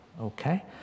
okay